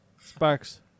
Sparks